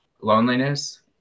loneliness